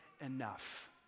enough